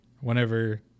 Whenever